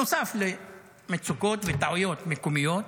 נוסף על מצוקות וטעויות מקומיות,